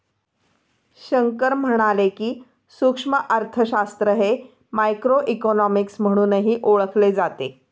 शंकर म्हणाले की, सूक्ष्म अर्थशास्त्र हे मायक्रोइकॉनॉमिक्स म्हणूनही ओळखले जाते